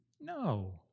No